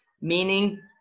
meaning